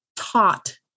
taught